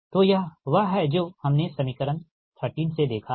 तो यह वह है जो हमने समीकरण 13 से देखा है